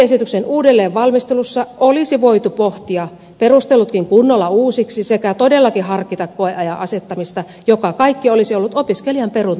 lakiesityksen uudelleen valmistelussa olisi voitu pohtia perustelutkin kunnolla uusiksi sekä todellakin harkita koeajan asettamista mikä kaikki olisi ollut opiskelijan perusturvan parantamista